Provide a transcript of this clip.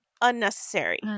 unnecessary